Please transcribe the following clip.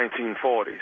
1940s